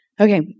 Okay